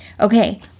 Okay